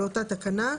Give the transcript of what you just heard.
לאותה תקנה.